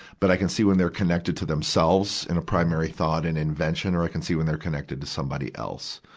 but i can see when they're connected to themselves in a primary thought and invention, or i can see when they're connected to somebody else.